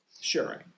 sharing